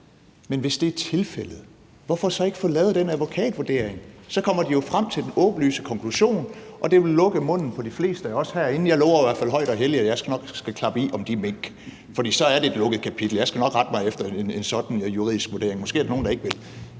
Men hvis det er tilfældet, hvorfor så ikke få lavet den advokatvurdering? Så kommer de jo frem til den åbenlyse konklusion, og det vil lukke munden på de fleste af os herinde. Jeg lover i hvert fald højt og helligt, at jeg nok skal klappe i om de mink, for så er det et lukket kapitel, og jeg skal nok rette mig efter en sådan juridisk vurdering – måske er der nogle, der ikke vil.